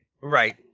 Right